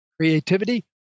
creativity